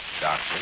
Doctor